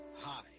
Hi